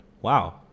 Wow